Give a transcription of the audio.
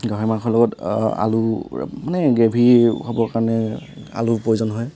গাহৰি মাংসৰ লগত আলু মানে গ্ৰেভী হ'বৰ কাৰণে আলুৰ প্ৰয়োজন হয়